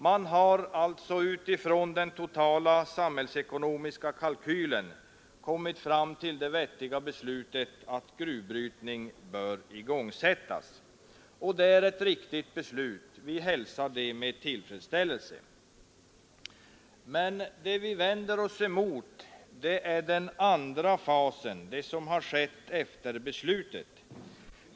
Man har alltså utifrån den totala samhällsekonomiska kalkylen kommit fram till det vettiga beslutet att gruvbrytning bör igångsättas. Det är ett riktigt beslut, och vi hälsar det med tillfredsställelse. Det vi vänder oss emot är den andra fasen: det som har skett efter beslutet.